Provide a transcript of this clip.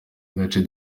gace